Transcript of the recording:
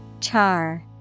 Char